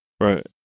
Right